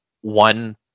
one